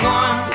one